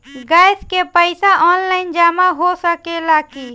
Gas के पइसा online जमा हो सकेला की?